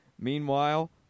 Meanwhile